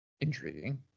intriguing